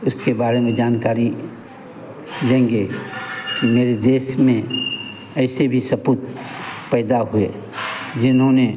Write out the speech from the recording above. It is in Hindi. उसके बारे में जानकारी लेंगे मेरे देश में ऐसे भी सपूत पैदा हुए जिन्होंने